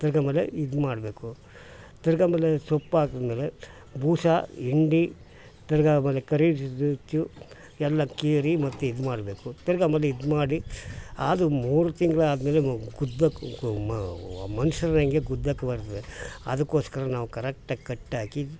ತಿರ್ಗಿ ಆಮೇಲೆ ಇದು ಮಾಡಬೇಕು ತಿರ್ಗಿ ಆಮೇಲೆ ಸೊಪ್ಪು ಹಾಕಿದ್ಮೇಲೆ ಬೂಸಾ ಹಿಂಡಿ ತಿರ್ಗಿ ಆಮೇಲೆ ಕರಿ ಎಲ್ಲ ಕೇರಿ ಮತ್ತು ಇದು ಮಾಡಬೇಕು ತಿರ್ಗಿ ಆಮೇಲೆ ಇದು ಮಾಡಿ ಆದು ಮೂರು ತಿಂಗ್ಳು ಆದಮೇಲೆ ಮನುಷ್ಯರಂಗೆ ಗುದ್ದೋಕ್ ಬರ್ತದೆ ಅದಕ್ಕೋಸ್ಕರ ನಾವು ಕರೆಕ್ಟಾಗಿ ಕಟ್ಹಾಕಿ